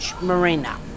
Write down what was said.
Marina